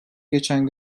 geçen